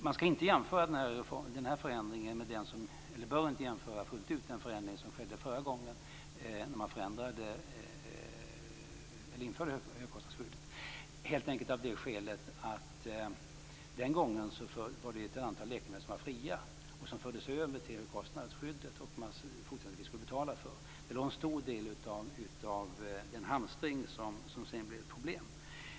Man bör inte fullt ut jämföra den här förändringen med den som gjordes förra gången, då man införde högkostnadsskyddet, helt enkelt av det skälet att den gången var ett antal läkemedel fria och som fördes över till högkostnadsskyddet och som man i fortsättningen skulle betala för. Det var till stor del detta som ledde till den hamstring som sedan blev ett problem.